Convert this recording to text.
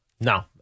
No